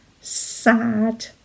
sad